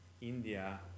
India